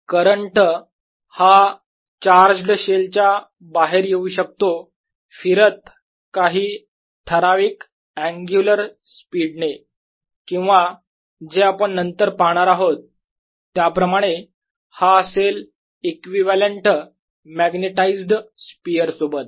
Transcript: KKsin θ current हा charge शेलच्या बाहेर येऊ शकतो फिरत काही ठराविक अँग्युलर स्पीडने किंवा जे आपण नंतर पाहणार आहोत त्याप्रमाणे हा असेल इक्विवलेंट मॅग्नेटाईझ्ड स्पियर सोबत